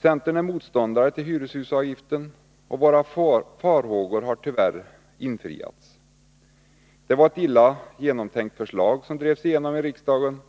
Centern är motståndare till hyreshusavgiften, och våra farhågor har tyvärr besannats. Det var ett illa genomtänkt förslag som drevs igenom i riksdagen,